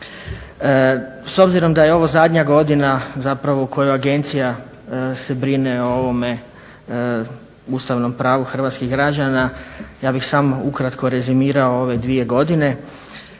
S obzirom da je ovo zadnja godina u kojoj agencija se brine o ovome ustavnom pravu hrvatskih građana, ja bih samo ukratko rezimirao ove dvije godine